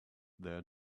their